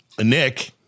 Nick